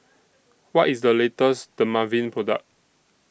What IS The latest Dermaveen Product